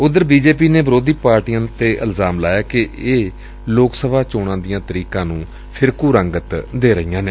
ਉਧਰ B J P ਨੇ ਵਿਰੋਧੀ ਪਾਰਟੀਆ ਤੇ ਇਲਜ਼ਾਮ ਲਾਇਐ ਕਿ ਇਹ ਲੋਕ ਸਭਾ ਚੋਣਾਂ ਦੀਆਂ ਤਰੀਕਾਂ ਨੂੰ ਫਿਰਕੂ ਰੰਗਤ ਦੇ ਰਹੇ ਨੇ